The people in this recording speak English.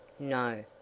no.